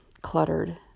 cluttered